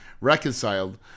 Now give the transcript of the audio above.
reconciled